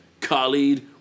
...Khalid